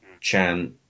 Chan